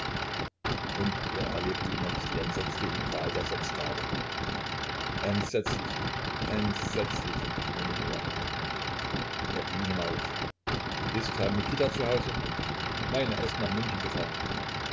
und er erlebte innerlich die entsetzliche qual der sechs tage entsetzlich entsetzlich murmelte er er ging hinauf ist herr mikita zu hause nein er ist nach münchen gefahren